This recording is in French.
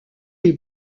les